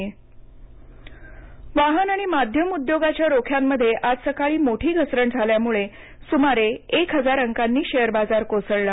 share वाहन आणि माध्यम उद्योगाच्या रोख्यांमध्ये आज सकाळी मोठी घसरण झाल्यामुळे सुमारे एक हजार अंकांनी शेअर बाजार कोसळला